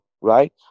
right